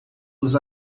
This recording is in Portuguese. dos